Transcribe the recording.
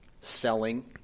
selling